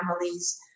families